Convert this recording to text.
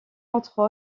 entre